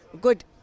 good